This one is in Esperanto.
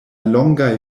longaj